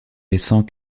laissant